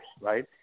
right